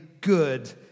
good